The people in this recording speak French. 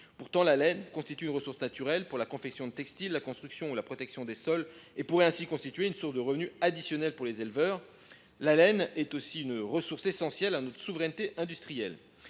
Pourtant, celle ci constitue une ressource naturelle pour la confection de textiles, ainsi que pour la construction ou la protection des sols, de sorte qu’elle pourrait être une source de revenu additionnelle pour les éleveurs. La laine est aussi une ressource essentielle à notre souveraineté industrielle.